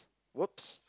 !oops!